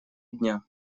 дня